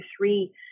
three